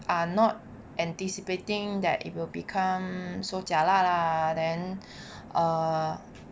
are not anticipating that it will become so jialat lah then uh